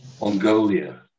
Mongolia